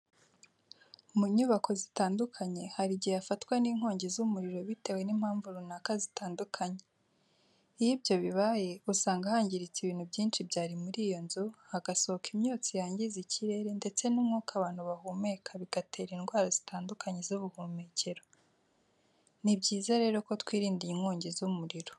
Munyubako zitandukanye, harigihe hafatwa n'inkongi z'umuriro bitewe n'impanvu runaka zitandukanye. Iyo ibyo bibaye, usanga hangiritse ibintu byinshi byarimuriyonzu, hagasohoka imyotsi yangiza ikirere ndetse n'umwuka abantu bahumeka bigatera indwara zitandukanye z'ubuhumekero. Nibyiza rero ko twirinda inkongi z'umuriro.